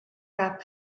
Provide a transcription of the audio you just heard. gab